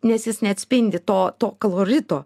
nes jis neatspindi to to kolorito